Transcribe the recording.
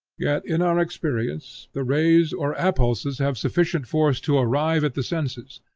yet, in our experience, the rays or appulses have sufficient force to arrive at the senses,